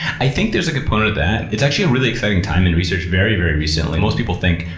i think there's a component of that. it's actually a really exciting time in research very, very recently. most people think,